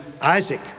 Isaac